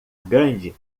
grande